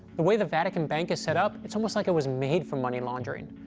the way the vatican bank is set up, it's almost like it was made for money laundering.